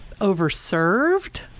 Overserved